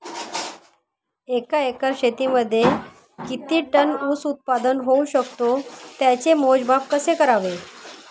एका एकर शेतीमध्ये किती टन ऊस उत्पादन होऊ शकतो? त्याचे मोजमाप कसे करावे?